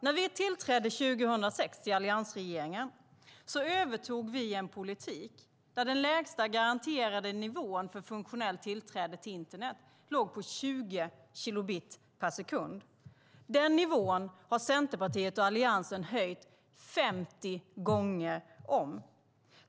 När vi i alliansregeringen tillträdde 2006 övertog vi en politik där den lägsta garanterade nivån för funktionellt tillträde till internet låg på 20 kilobit per sekund. Den nivån har Centerpartiet och Alliansen höjt 50 gånger om.